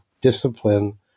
discipline